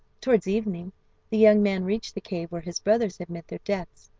towards evening the young man reached the cave where his brothers had met their deaths,